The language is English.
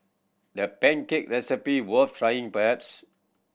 that pancake recipe worth trying perhaps